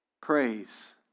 praise